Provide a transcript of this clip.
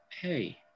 hey